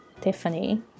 Tiffany